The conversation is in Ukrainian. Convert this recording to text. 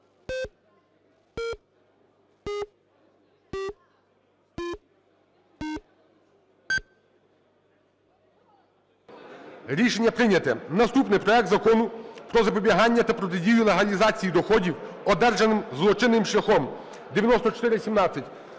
Рішення прийнято. Наступне, проект Закону про запобігання та протидію легалізації доходів, одержаних злочинним шляхом (9417).